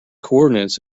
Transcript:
coordinates